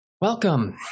Welcome